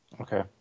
Okay